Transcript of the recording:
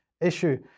issue